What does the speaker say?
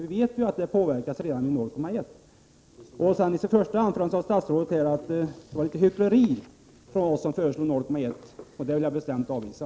Vi vet ju att körningen påverkas redan vid 0,1 cc i blodet. I sitt första anförande sade justitieminister Laila Freivalds att det var hyckleri av oss att föreslå 0,1 20 som högsta tillåten alkoholhalt. Det påståendet vill jag bestämt avvisa.